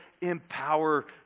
empower